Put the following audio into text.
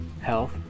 health